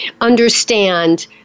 understand